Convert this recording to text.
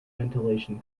ventilation